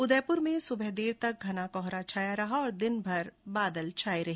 उदयपुर में सुबह देर तक घना कोहरा छाया रहा और दिन में बादल छाये रहे